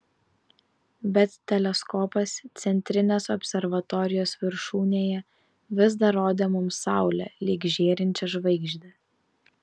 bet teleskopas centrinės observatorijos viršūnėje vis dar rodė mums saulę lyg žėrinčią žvaigždę